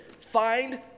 Find